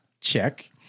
Check